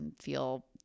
feel